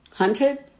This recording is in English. Hunted